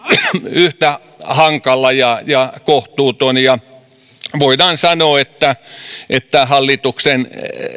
yhtä hankala ja ja kohtuuton ja voidaan sanoa että hallituksen